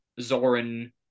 Zoran